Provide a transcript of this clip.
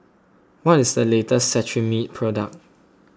what is the latest Cetrimide product